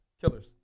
killers